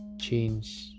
change